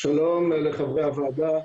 לחברי הוועדה.